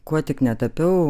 kuo tik netapiau